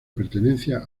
pertenencia